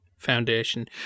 foundation